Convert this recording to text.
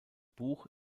buch